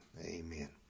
Amen